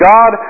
God